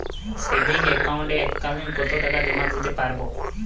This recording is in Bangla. সেভিংস একাউন্টে এক কালিন কতটাকা জমা দিতে পারব?